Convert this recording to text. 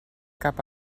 cap